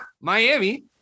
Miami